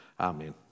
Amen